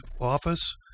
office